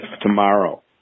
tomorrow